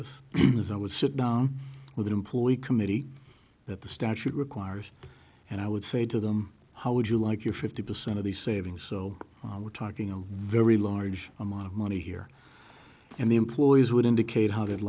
us is i would sit down with an employee committee that the statute requires and i would say to them how would you like your fifty percent of the savings so we're talking a very large amount of money here and the employees would indicate how